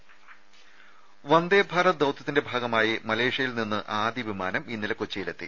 ദേദ വന്ദേഭാരത് ദൌത്യത്തിന്റെ ഭാഗമായി മലേഷ്യയിൽനിന്നുള്ള ആദ്യവിമാനം ഇന്നലെ കൊച്ചിയിലെത്തി